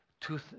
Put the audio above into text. two